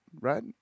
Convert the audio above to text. right